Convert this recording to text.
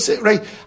right